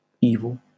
evil